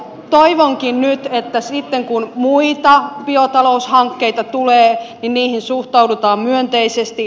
toivonkin nyt että sitten kun muita biotaloushankkeita tulee niihin suhtaudutaan myönteisesti